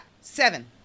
seven